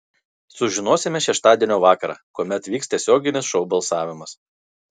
sužinosime šeštadienio vakarą kuomet vyks tiesioginis šou balsavimas